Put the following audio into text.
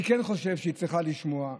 אני כן חושב שהיא צריכה לשמוע.